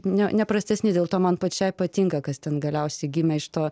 ne neprastesni dėl to man pačiai patinka kas ten galiausiai gimė iš to